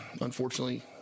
unfortunately